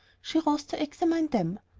she rose to examine them.